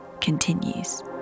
continues